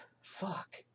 fuck